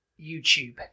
YouTube